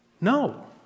No